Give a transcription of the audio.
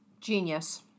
genius